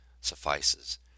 suffices